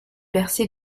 percées